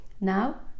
now